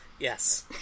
Yes